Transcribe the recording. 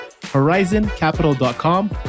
horizoncapital.com